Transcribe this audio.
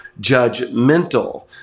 judgmental